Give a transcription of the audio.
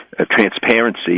Transparency